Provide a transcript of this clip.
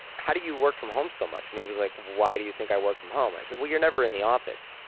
how do you work from home so much? and he was like, why do you think i work from home? i said, well you're never in the office.